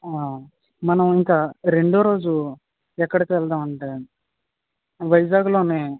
ఆ మనం ఇంకా రెండవ రోజు ఎక్కడికి వెళ్దాం అంటే వైజాగ్లోనే